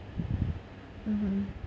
mmhmm